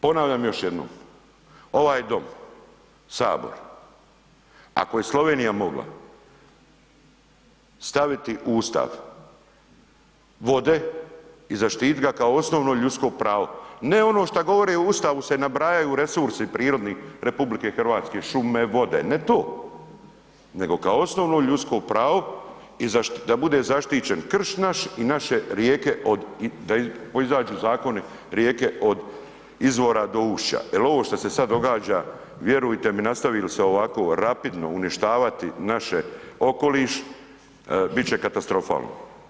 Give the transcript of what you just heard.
Ponavljam još jednom, ovaj dom, Sabor, ako je Slovenija mogla staviti u Ustav vode i zaštitit ga kao osnovno ljudsko pravo, ne ono šta govore u Ustavu se nabrajaju resursi prirodni RH, šume, vode, ne to, nego kao osnovno ljudsko pravo i da bude zaštićen krš naš i naše rijeke od, da izađu zakoni rijeke od izvora do ušća, jel ovo šta se sad događa vjerujte mi nastavi li se ovako rapidno uništavati naše okoliš bit će katastrofalno.